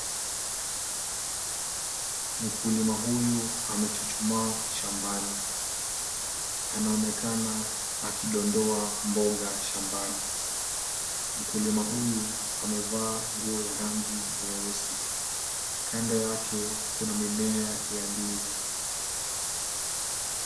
Mkulima huyu amechuchumaa shambani. Anaonekana akidondoa mboga shambani. Mkulima huyu amevaa mguo ya rangi nyeusi. Kando yake kuna mimea ya ndizi.